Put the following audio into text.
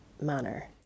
manner